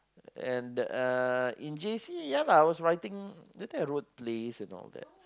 and the uh in J_C ya lah was writing think I wrote plays and all that